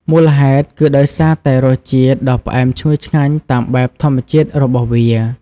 មូលហេតុគឺដោយសារតែរសជាតិដ៏ផ្អែមឈ្ងុយឆ្ងាញ់តាមបែបធម្មជាតិរបស់វា។